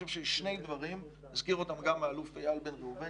חשוב לי לומר שעל-פי הבנתי ההמלצות שאני מדבר עליהן מדברות על מהפכה,